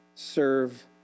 serve